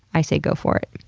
i say go for it.